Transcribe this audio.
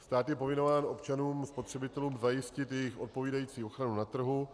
Stát je povinován občanům spotřebitelům zajistit jejich odpovídající ochranu na trhu.